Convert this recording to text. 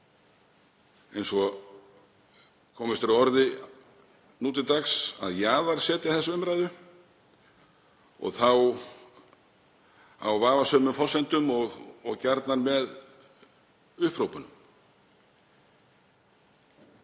eins og komist er að orði nú til dags, að jaðarsetja þessa umræðu, og þá á vafasömum forsendum og gjarnan með upphrópunum.